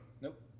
Nope